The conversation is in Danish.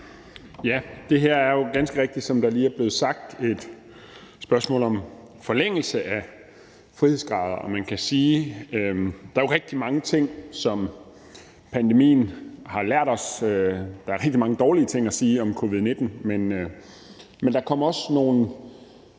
Det her er ganske rigtigt, som der lige er blevet sagt, et spørgsmål om forlængelse af frihedsgrader, og man kan jo sige, at der er rigtig mange ting, som pandemien har lært os. Der er rigtig mange dårlige ting at sige om covid-19, men der kom også nogle